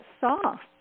soft